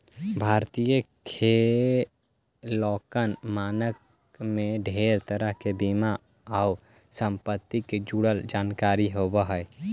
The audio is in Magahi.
भारतीय लेखांकन मानक में ढेर तरह के बीमा आउ संपत्ति से जुड़ल जानकारी होब हई